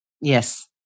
Yes